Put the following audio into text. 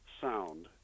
sound